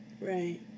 Right